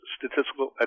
Statistical